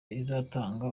izatanga